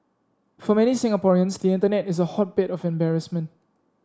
for many Singaporeans the internet is a hotbed of embarrassment